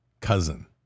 cousin